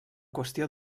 qüestió